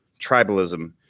tribalism